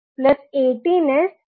mesh 1 માટે સમીકરણ નીચે મુજબ લખી શકો